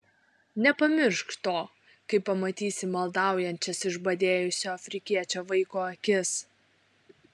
nepamiršk to kai pamatysi maldaujančias išbadėjusio afrikiečio vaiko akis